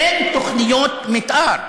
אין תוכניות מתאר.